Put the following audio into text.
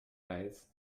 rijdt